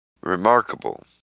remarkable